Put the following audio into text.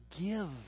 give